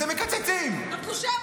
אתם מקצצים.